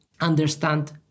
understand